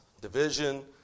division